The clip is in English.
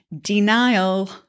Denial